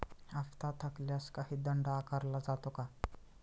हप्ता थकल्यास काही दंड आकारला जातो का?